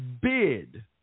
bid